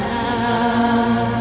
now